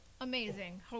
amazing